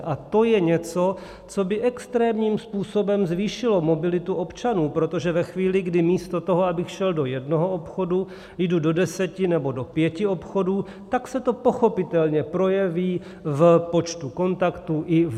A to je něco, co by extrémním způsobem zvýšilo mobilitu občanů, protože ve chvíli, kdy místo toho, abych šel do jednoho obchodu, jdu do deseti nebo do pěti obchodů, tak se to pochopitelně projeví v počtu kontaktů i v mobilitě.